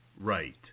right